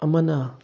ꯑꯃꯅ